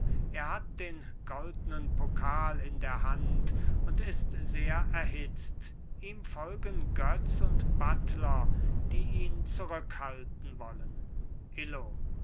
er hat den goldnen pokal in der hand und ist sehr erhitzt ihm folgen götz und buttler die ihn zurückhalten wollen illo